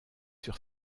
sur